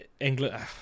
england